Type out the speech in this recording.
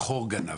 החור גנב.